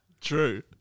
True